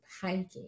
hiking